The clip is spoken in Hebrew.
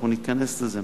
אנחנו ניכנס לזה.